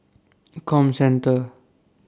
Comcenter